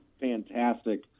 fantastic